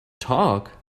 talk